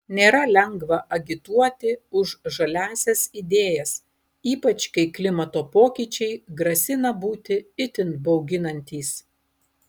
nėra lengva agituoti už žaliąsias idėjas ypač kai klimato pokyčiai grasina būti itin bauginantys